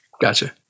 Gotcha